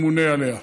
ממונה עליה.